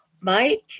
Mike